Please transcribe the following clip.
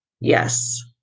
Yes